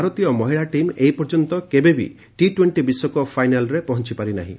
ଭାରତୀୟ ମହିଳା ଟିମ୍ ଏ ପର୍ଯ୍ୟନ୍ତ କେବେ ଟି ଟୋଙ୍କି ବିଶ୍ୱକପ୍ର ଫାଇନାଲ୍ରେ ପହଞ୍ଚି ପାରିନାହିଁ